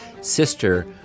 sister